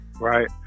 right